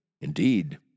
Indeed